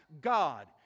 God